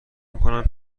میکنم